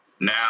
Now